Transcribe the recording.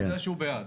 אני יודע שהוא בעד.